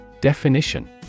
Definition